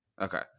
Okay